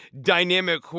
dynamic